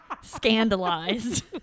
scandalized